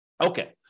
Okay